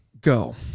go